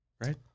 right